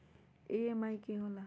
EMI की होला?